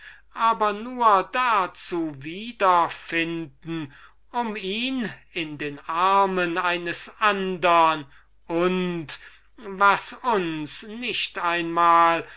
aber nur dazu wieder finden um sie in den armen eines andern und was uns nicht einmal